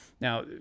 Now